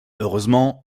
heureusement